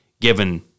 given